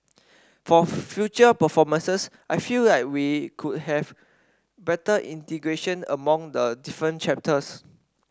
for future performances I feel like we could have better integration among the different chapters